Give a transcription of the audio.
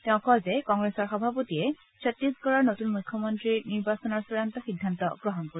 তেওঁ কয় যে কংগ্ৰেছৰ সভাপতিয়ে ছত্তিশগড়ৰ নতুন মুখ্যমন্ত্ৰী নিৰ্বাচনৰ চূড়ান্ত সিদ্ধান্ত গ্ৰহণ কৰিব